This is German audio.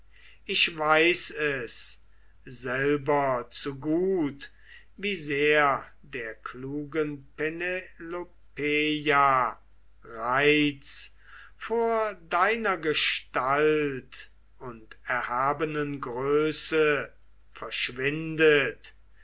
ich weiß es selber zu gut wie sehr der klugen penelopeia reiz vor deiner gestalt und erhabenen größe verschwindet